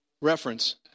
reference